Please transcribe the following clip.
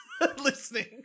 listening